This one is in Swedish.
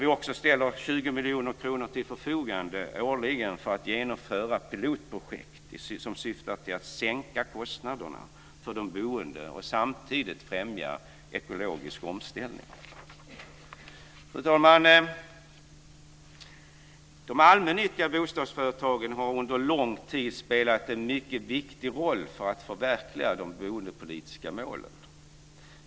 Vi ställer årligen 20 miljoner kronor till förfogande för att genomföra pilotprojekt som syftar till att sänka kostnaderna för de boende och samtidigt främja ekologisk omställning. Fru talman! De allmännyttiga bostadsföretagen har under lång tid spelat en mycket viktig roll när det gäller att förverkliga de boendepolitiska målen.